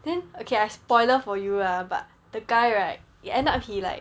then okay I spoiler for you lah but the guy right end up he like